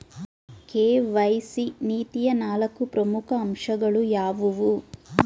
KYC ನೀತಿಯ ನಾಲ್ಕು ಪ್ರಮುಖ ಅಂಶಗಳು ಯಾವುವು?